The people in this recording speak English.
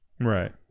Right